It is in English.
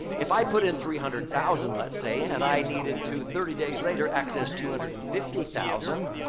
if i put in three hundred thousand let's say and i needed to thirty days later access two hundred and fifty thousand,